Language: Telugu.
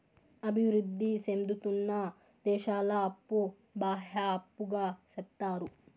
అభివృద్ధి సేందుతున్న దేశాల అప్పు బాహ్య అప్పుగా సెప్తారు